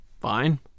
Fine